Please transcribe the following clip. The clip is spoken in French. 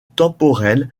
temporel